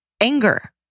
anger